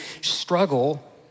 struggle